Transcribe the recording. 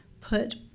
put